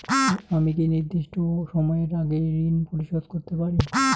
আমি কি নির্দিষ্ট সময়ের আগেই ঋন পরিশোধ করতে পারি?